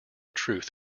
truth